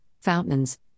fountains